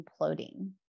imploding